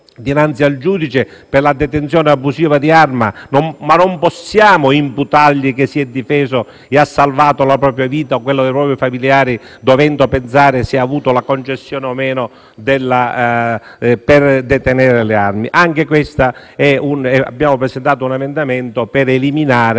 dinanzi al giudice per la detenzione abusiva di arma, ma non possiamo imputargli che si è difeso e ha salvato la propria vita o quella dei propri familiari senza pensare se avuto o meno la concessione per detenere le armi. Anche in questo caso abbiamo presentato un emendamento per sopprimere